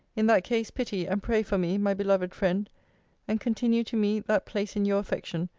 in that case, pity and pray for me, my beloved friend and continue to me that place in your affection,